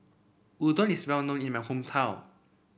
Udon is well known in my hometown